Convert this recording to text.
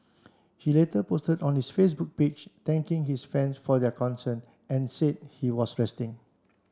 he later posted on his Facebook page thanking his fans for their concern and said he was resting